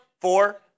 Four